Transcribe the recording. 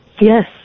Yes